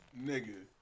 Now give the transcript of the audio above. Nigga